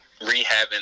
rehabbing